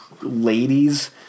ladies